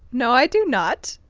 no, i do not,